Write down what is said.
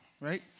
right